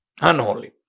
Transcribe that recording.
unholy